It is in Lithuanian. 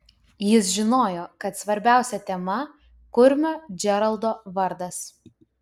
jis žinojo kad svarbiausia tema kurmio džeraldo vardas